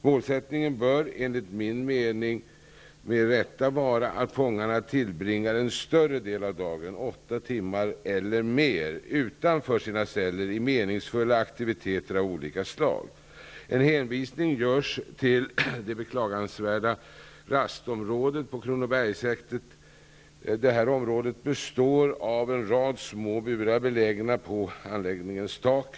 Målsättningen bör enligt min mening med rätta vara att fångarna tillbringar en större del av dagen, åtta timmar eller mer, utanför sina celler i meningsfulla aktiviteter av olika slag. En hänvisning görs till det beklagansvärda rastområdet på Kronobergshäktet. Området består av en rad små burar belägna på anläggningens tak.